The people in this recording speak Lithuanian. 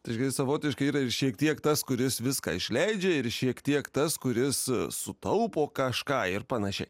tai savotiškai yra ir šiek tiek tas kuris viską išleidžia ir šiek tiek tas kuris sutaupo kažką ir panašiai